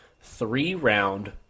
three-round